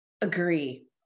Agree